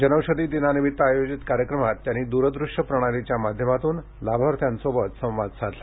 जनौषधी दिनानिमित्त आयोजित कार्यक्रमात त्यांनी दूरदृष्य प्रणालीच्या माध्यमातून लाभार्थ्यांशी संवाद साधला